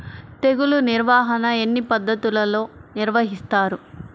తెగులు నిర్వాహణ ఎన్ని పద్ధతులలో నిర్వహిస్తారు?